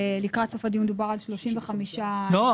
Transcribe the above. לקראת סוף הדיון דובר על 35%. לא,